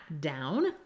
down